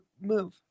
move